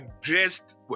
dressed